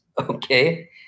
Okay